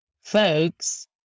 folks